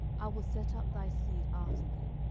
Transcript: i will set up thy seed after thee,